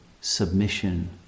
submission